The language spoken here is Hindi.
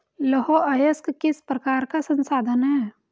लौह अयस्क किस प्रकार का संसाधन है?